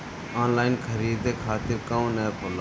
Online खरीदे खातीर कौन एप होला?